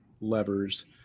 levers